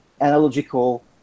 analogical